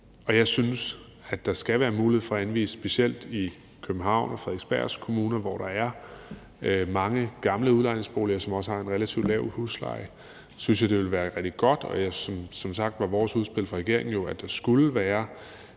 jeg synes, at der skal være mulighed for at anvise. Specielt i Københavns og Frederiksberg Kommuner, hvor der er mange gamle udlejningsboliger, som også har en relativt lav husleje, synes jeg det ville være rigtig godt. Som sagt var vores udspil fra regeringens side jo, at der skulle være